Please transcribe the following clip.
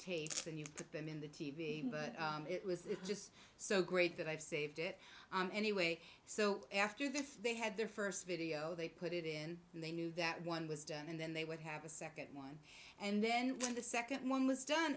tape and you put them in the t v it was just so great that i've saved it anyway so after this they had their first video they put it in and they knew that one was done and then they would have a second one and then when the second one was done